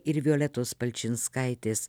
ir violetos palčinskaitės